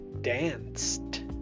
Danced